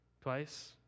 Twice